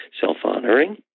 self-honoring